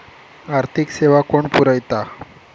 आर्थिक सेवा कोण पुरयता?